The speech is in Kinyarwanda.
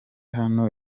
hano